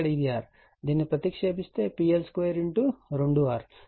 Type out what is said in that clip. దీన్ని ప్రతిక్షేపిస్తే PL2 2 R VL2 లభిస్తుంది ఇక్కడ చేశాము